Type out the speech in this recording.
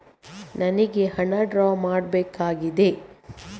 ನನಿಗೆ ಹಣ ಡ್ರಾ ಮಾಡ್ಬೇಕಾಗಿದೆ